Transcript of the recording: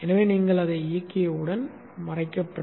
எனவே நீங்கள் அதை இயக்கியவுடன் மறைக்கப்பட்ட